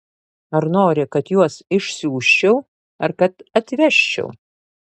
ar nori kad juos išsiųsčiau ar kad atvežčiau